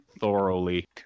Thoroughly